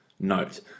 Note